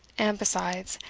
and besides,